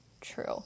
true